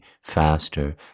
faster